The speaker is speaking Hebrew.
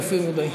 אלופי ומיודעי.